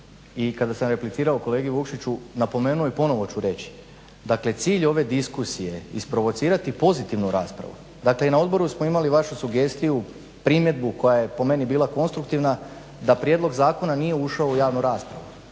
i kada sam replicirao kolegi Vukšiću napomenuo i ponovno ću reći, dakle cilj ove diskusije je isprovocirati pozitivnu raspravu. Dakle i na odboru smo imali vašu sugestiju, primjedbu koja je po meni bila konstruktivna da prijedlog zakona nije ušao u javnu raspravu.